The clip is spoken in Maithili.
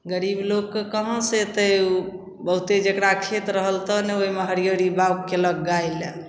गरीब लोकके कहाँसे एतै ओ बहुते जकरा खेत रहल तऽ ने ओहिमे हरिअरी बाउग कएलक गाइलए